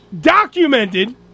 documented